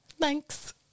Thanks